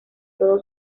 todo